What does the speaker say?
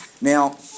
Now